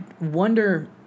wonder